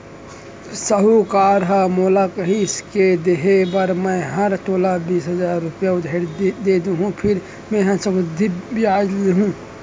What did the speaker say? साहूकार ह मोला कहिस के देहे बर मैं हर तोला बीस हजार रूपया उधारी दे देहॅूं फेर मेंहा चक्रबृद्धि बियाल लुहूं